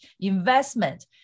investment